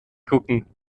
gucken